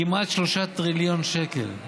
כמעט 3 טריליון שקל.